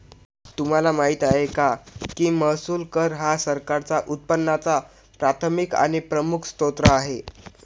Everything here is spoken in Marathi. तुम्हाला माहिती आहे का की महसूल कर हा सरकारच्या उत्पन्नाचा प्राथमिक आणि प्रमुख स्त्रोत आहे